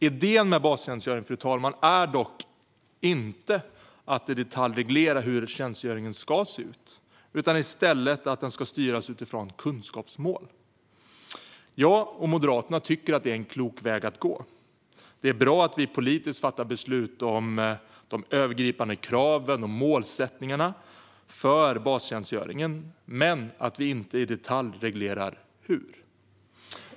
Idén med bastjänstgöringen, fru talman, är dock inte att i detalj reglera hur tjänstgöringen ska se ut, utan i stället att den ska styras utifrån kunskapsmål. Jag och Moderaterna tycker att det är en klok väg att gå. Det är bra att vi politiskt fattar beslut om de övergripande kraven och målsättningarna för bastjänstgöringen, men vi ska inte i detalj reglera hur.